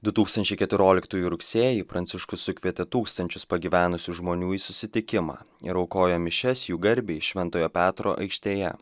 du tūkstančiai keturioliktųjų rugsėjį pranciškus sukvietė tūkstančius pagyvenusių žmonių į susitikimą ir aukojo mišias jų garbei šventojo petro aikštėje